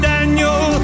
Daniel